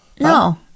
No